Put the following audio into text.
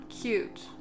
Cute